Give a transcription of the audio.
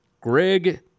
Greg